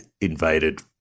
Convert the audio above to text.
invaded